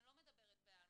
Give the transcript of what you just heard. אני לא מדברת בעלמא,